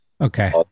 okay